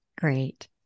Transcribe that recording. Great